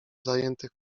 zajętych